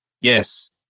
Yes